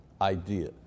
idea